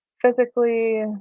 physically